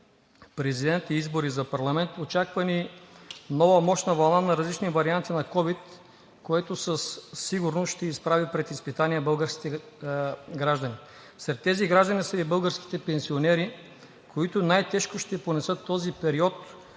президент и избори за парламент. Очаква ни нова мощна вълна на различни варианти на ковид, което със сигурност ще изправи пред изпитания българските граждани. Сред тези граждани са и българските пенсионери, които най-тежко ще понесат този период